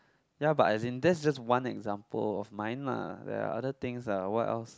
ya but it's in just one example of mine line there are other things eh what else